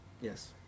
Yes